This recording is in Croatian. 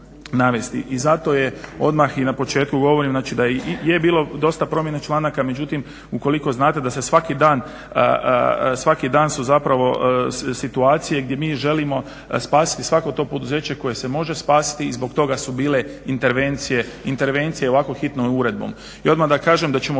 i zato je i odmah na početku govorim znači da i je bilo dosta promjene članaka. Međutim ukoliko znate da se svaki dan su zapravo situacije gdje mi želimo spasiti svako to poduzeće koje se može spasiti i zbog toga su bile intervencije ovako, ovako hitnom uredbom